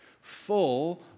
Full